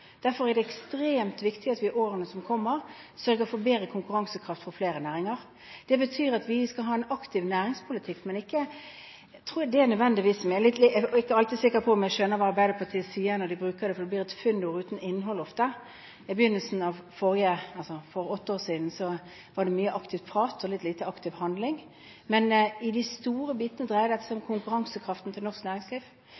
Derfor er det ekstremt viktig at vi i årene som kommer, sørger for bedre konkurransekraft for flere næringer. Det betyr at vi skal ha en aktiv næringspolitikk. Jeg er ikke alltid sikker på hva Arbeiderpartiets representanter mener når de sier det, for det blir ofte et fyndord uten innhold. For åtte år siden var det mye aktiv prat og litt lite aktiv handling. Men i det store bildet dreier dette seg